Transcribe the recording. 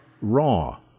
raw